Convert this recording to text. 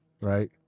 right